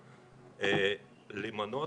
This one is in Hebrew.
למנות,